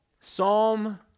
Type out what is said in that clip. Psalm